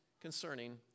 concerning